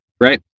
right